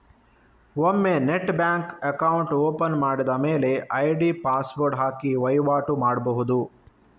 ಒಮ್ಮೆ net bank account open ಮಾಡಿದ ಮೇಲೆ ಐಡಿ ಪಾಸ್ವರ್ಡ್ ಹಾಕಿ ವೈವಾಟು ಮಾಡ್ಬಹುದು